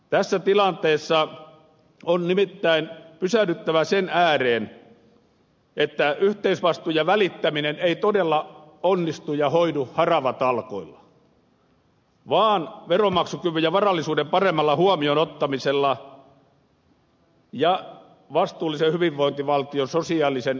tässä tilanteessa on nimittäin pysähdyttävä sen ääreen että yhteisvastuu ja välittäminen eivät todella onnistu ja hoidu haravatalkoilla vaan veronmaksukyvyn ja varallisuuden paremmalla huomioon ottamisella ja vastuullisen hyvinvointivaltion sosiaalisen oikeudenmukaisuuden ratkaisuilla